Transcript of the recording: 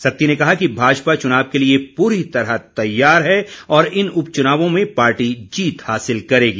सत्ती ने कहा कि भाजपा चुनाव के लिए पूरी तरह तैयार है और इन उपचुनावों में पार्टी जीत हासिल करेगी